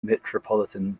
metropolitan